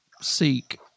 Seek